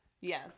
yes